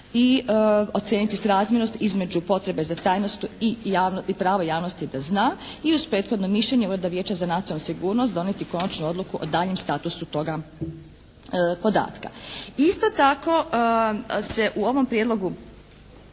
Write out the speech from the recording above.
i ocijeniti srazmjernost između potrebe za tajnost i pravo javnosti da zna i uz prethodno mišljenje Ureda vijeća za nacionalnu sigurnost donijeti konačnu odluku o daljnjem statusu toga podatka. Isto tako, se u ovom prijedlogu